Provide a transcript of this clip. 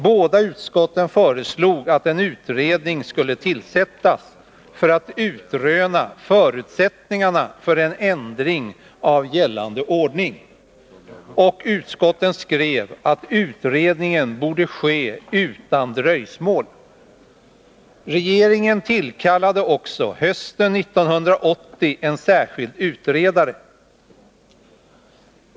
Båda utskotten föreslog att en utredning skulle tillsättas för att utröna förutsättningarna för en ändring av gällande ordning, och utskotten skrev att utredningen borde ske utan dröjsmål. Regeringen tillkallade också hösten 1980 en särskild utredare.